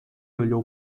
olhou